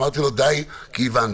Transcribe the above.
אמרתי לו: די, כי הבנתי.